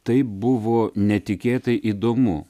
tai buvo netikėtai įdomu